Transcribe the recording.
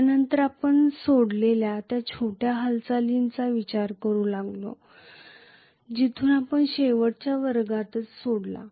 यानंतर आपण सोडलेल्या त्या छोट्या हालचालीचा विचार करू लागलो जेथे आपण शेवटच्या वर्गात थांबलो